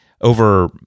over